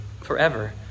forever